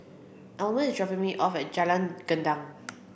Almer is dropping me off at Jalan Gendang